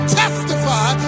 testify